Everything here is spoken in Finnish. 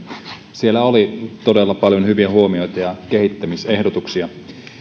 jossa oli todella paljon hyviä huomioita ja kehittämisehdotuksia